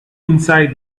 inside